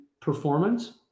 performance